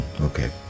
Okay